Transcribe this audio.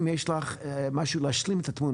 אם יש לך משהו להשלים את התמונה,